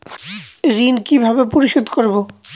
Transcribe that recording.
ঋণ কিভাবে পরিশোধ করব?